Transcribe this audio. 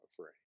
afraid